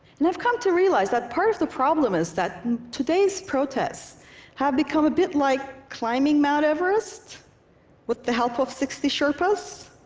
and i've come to realize that part of the problem is that today's protests have become a bit like climbing mt. everest with the help of sixty sherpas,